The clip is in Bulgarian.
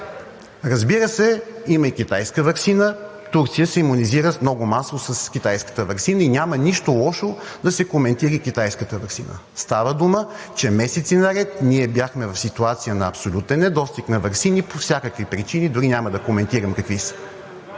Разбира се, има и китайска ваксина – Турция се имунизира много масово с китайската ваксина и няма нищо лошо да се коментира и китайската ваксина. Става дума, че месеци наред ние бяхме в ситуация на абсолютен недостиг на ваксини по всякакви причини – дори няма да коментирам какви са.